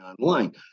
online